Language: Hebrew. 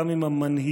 גם עם המנהיגים,